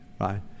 right